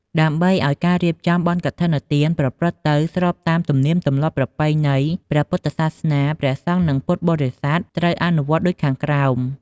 ដើម្បីឱ្យការរៀបចំ បុណ្យកឋិនទាន ប្រព្រឹត្តទៅស្របតាមទំនៀមទម្លាប់ប្រពៃណីព្រះពុទ្ធសាសនាព្រះសង្ឃ និងពុទ្ធបរិស័ទ ត្រូវអនុវត្តដូចខាងក្រោម។